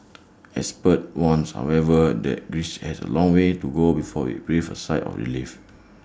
experts warn however that Greece has A long way to go before IT breathe A sigh of relief